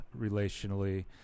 relationally